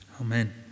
Amen